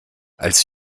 als